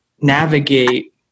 navigate